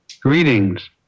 Greetings